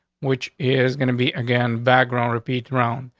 which is gonna be again background repeat round.